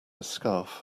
scarf